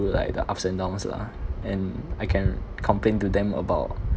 through like the ups and downs lah and I can complain to them about